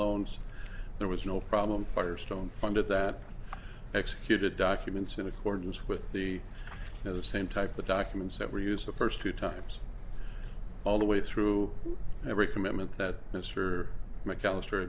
loans there was no problem firestone fund at that executed documents in accordance with the same type of documents that were used the first two times all the way through every commitment that mr mcallister